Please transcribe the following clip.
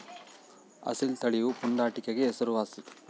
ಅಸೀಲ್ ತಳಿಯು ಪುಂಡಾಟಿಕೆಗೆ ಹೆಸರುವಾಸಿ